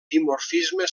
dimorfisme